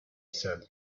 said